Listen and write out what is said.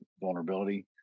vulnerability